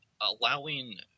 Allowing